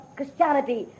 Christianity